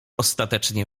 ostatecznie